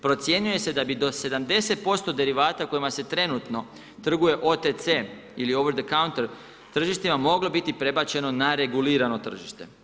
Procjenjuje se da bi do 70% derivata kojima se trenutno trguje OTC ili over the counter tržištima moglo biti prebačeno na regulirano tržište.